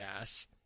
Ass